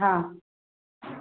हा